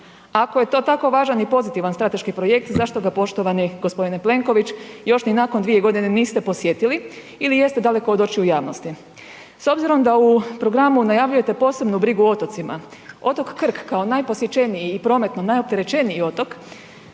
Ako je to tako važan i pozitivan strateški projekt zašto ga poštovani g. Plenković još ni nakon 2.g. niste posjetili ili jeste daleko od očiju javnosti. S obzirom da u programu najavljujete posebnu brigu o otocima, otok Krk kao najposjećeniji i prometno najopterećeniji otok